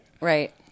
Right